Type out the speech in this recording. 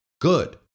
good